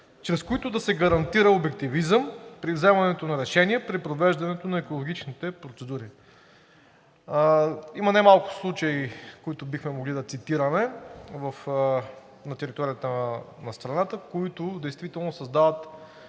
чрез които да се гарантира обективизъм при вземането на решения при провеждането на екологичните процедури. Има немалко случаи, които бихме могли да цитираме, на територията на страната, създаващи